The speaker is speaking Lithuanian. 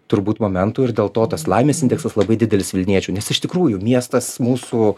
turbūt momentų ir dėl to tas laimės indeksas labai didelis vilniečių nes iš tikrųjų miestas mūsų